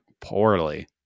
poorly